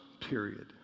period